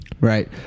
Right